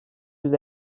yüz